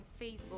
Facebook